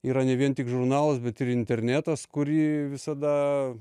yra ne vien tik žurnalas bet ir internetas kurį visada